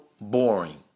boring